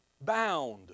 bound